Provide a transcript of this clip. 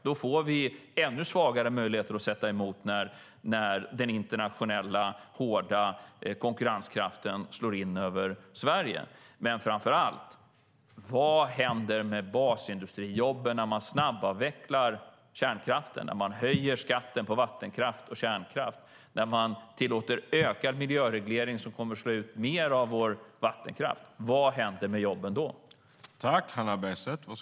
Då får vi ännu svagare möjligheter att sätta emot när den internationella hårda konkurrenskraften slår in över Sverige. Men framför allt: Vad händer med basindustrijobben när man snabbavvecklar kärnkraften, höjer skatten på vattenkraft och kärnkraft och tillåter ökad miljöreglering som kommer att slå ut mer av vår vattenkraft? Vad händer med jobben då?